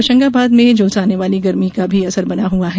होशंगाबाद में झुलसाने वाली गर्मी का असर बना हुआ है